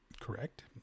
correct